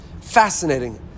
Fascinating